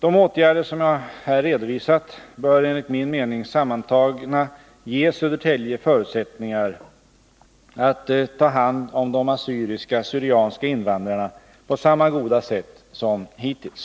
De åtgärder som jag här redovisat bör enligt min mening sammantagna ge Södertälje förutsättningar att ta hand om de assyriska/syrianska invandrarna på samma goda sätt som hittills.